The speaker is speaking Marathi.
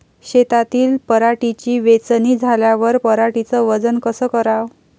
शेतातील पराटीची वेचनी झाल्यावर पराटीचं वजन कस कराव?